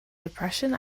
depression